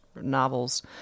novels